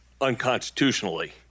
unconstitutionally